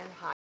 high